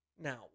Now